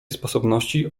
sposobności